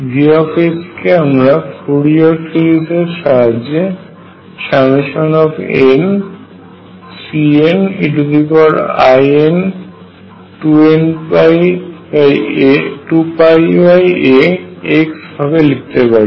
V কে আমরা Fourier series এর সাহায্যে nCnein2πax ভাবে লিখতে পারি